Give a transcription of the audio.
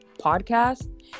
podcast